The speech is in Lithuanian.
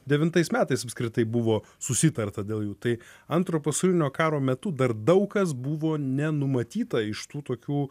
devintais metais apskritai buvo susitarta dėl jų tai antro pasaulinio karo metu dar daug kas buvo nenumatyta iš tų tokių